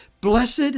Blessed